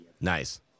Nice